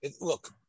look